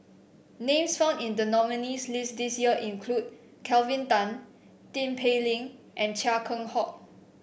names found in the nominees' list this year include Kelvin Tan Tin Pei Ling and Chia Keng Hock